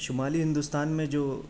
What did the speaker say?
شمالی ہندوستان میں جو